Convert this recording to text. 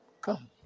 Come